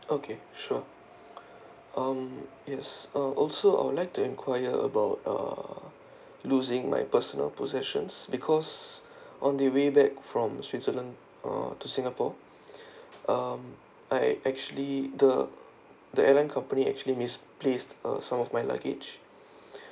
okay sure um yes uh also I would like to inquire about uh losing my personal possessions because on the way back from switzerland uh to singapore um I actually the the airline company actually misplaced uh some of my luggage